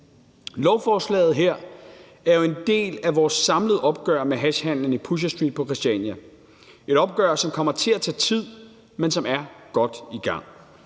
Lovforslaget her er jo en del af vores samlede opgør med hashhandelen i Pusher Street på Christiania – et opgør, som kommer til at tage tid, men som er godt i gang.